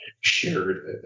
shared